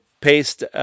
paste